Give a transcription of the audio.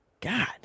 God